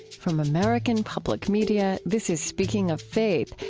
from american public media, this is speaking of faith,